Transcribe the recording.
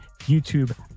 youtube